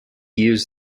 use